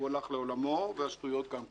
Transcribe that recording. הוא הלך לעולמו והשטויות גם כן.